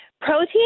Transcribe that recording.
Protein